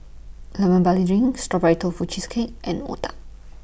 Lemon Barley Drink Strawberry Tofu Cheesecake and Otah